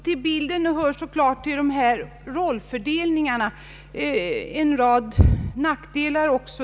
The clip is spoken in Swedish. Till denna bild av rollfördelningen hör också en rad nackdelar.